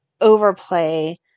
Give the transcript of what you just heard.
overplay